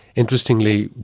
interestingly,